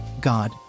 God